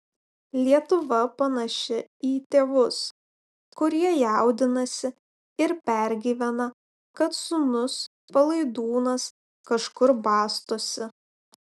lietuva panaši į tėvus kurie jaudinasi ir pergyvena kad sūnus palaidūnas kažkur bastosi